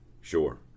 sure